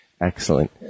Excellent